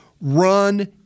run